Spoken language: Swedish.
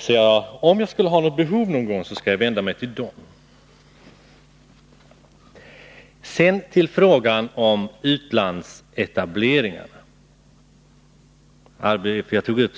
Så om jag någon gång skulle ha behov av hjälp, skall jag vända mig till dem. Sedan till frågan om utlandsetableringarna. Jag tog upp